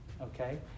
okay